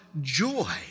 joy